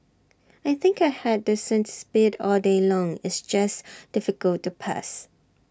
I think I had decent speed all day long it's just difficult to pass